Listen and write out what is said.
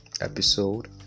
episode